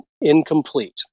Incomplete